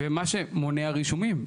ומה שמונע רישומים,